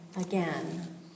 again